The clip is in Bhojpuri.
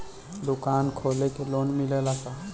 दुकान खोले के लोन मिलेला का?